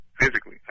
Physically